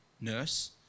nurse